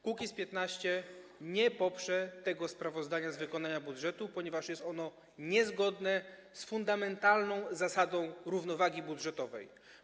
Kukiz’15 nie poprze sprawozdania z wykonania budżetu, ponieważ jest ono niezgodne z fundamentalną zasadą równowagi budżetowej.